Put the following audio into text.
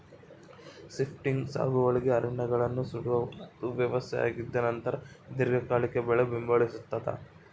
shifting ಸಾಗುವಳಿ ಅರಣ್ಯಗಳನ್ನು ಸುಡುವ ಒಂದು ವ್ಯವಸ್ಥೆಯಾಗಿದ್ದುನಂತರ ದೀರ್ಘಕಾಲಿಕ ಬೆಳೆ ಬೆಂಬಲಿಸ್ತಾದ